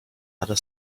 other